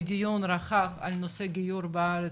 יהיה דיון רחב על נושא גיור בארץ,